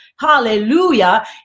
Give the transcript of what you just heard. hallelujah